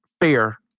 Fair